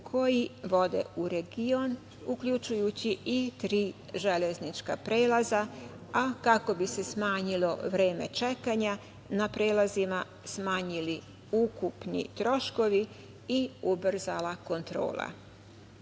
koji vode u region, uključujući i tri železnička prelaza, a kako bi se smanjilo vreme čekanja na prelazima, smanjili ukupni troškovi i ubrzala kontrola.